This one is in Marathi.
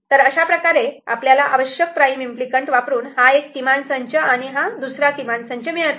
तर अशाप्रकारे आपल्याला आवश्यक प्राईम इम्पली कँट वापरून हा एक कीमाण संच आणि दुसरा कीमाण संच मिळत आहे